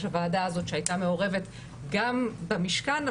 הוועדה הזאת שהייתה מעורבת גם במשכן,